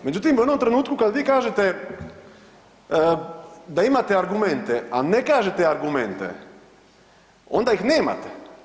Međutim u onom trenutku kad vi kažete da imate argumente, a ne kažete argumente onda ih nemate.